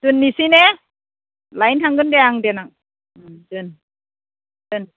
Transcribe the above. दोननोसै ने लायनो थांगोन दे आं देनां दोन दोन